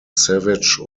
savage